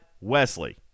Wesley